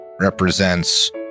represents